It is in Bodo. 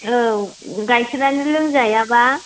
औ गाइखेरानो लोंजायाबा